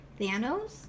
Thanos